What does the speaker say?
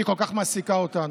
שהיא כל כך מעסיקה אותנו,